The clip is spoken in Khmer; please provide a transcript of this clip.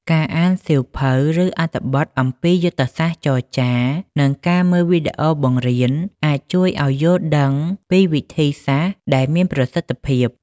ការអានសៀវភៅ ឬអត្ថបទអំពីយុទ្ធសាស្ត្រចរចា និងការមើលវីដេអូបង្រៀន អាចជួយឱ្យយល់ដឹងពីវិធីសាស្រ្តដែលមានប្រសិទ្ធភាព។